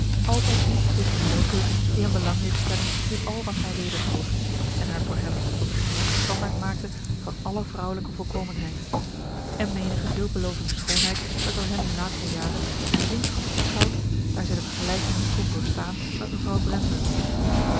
altijd die besliste voorkeur die hem belang deed stellen in al wat haar wedervoer en haar voor hem tot den geheimen standaard maakte van alle vrouwelijke volkomenheid en menige veelbelovende schoonheid werd door hem in latere jaren met geringschatting beschouwd daar zij de vergelijking niet kon doorstaan met mevrouw brandon